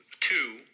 two